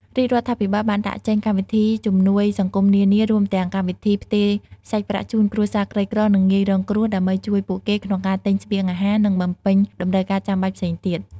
រាជរដ្ឋាភិបាលបានដាក់ចេញកម្មវិធីជំនួយសង្គមនានា រួមទាំងកម្មវិធីផ្ទេរសាច់ប្រាក់ជូនគ្រួសារក្រីក្រ និងងាយរងគ្រោះ ដើម្បីជួយពួកគេក្នុងការទិញស្បៀងអាហារ និងបំពេញតម្រូវការចាំបាច់ផ្សេងទៀត។